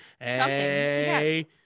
hey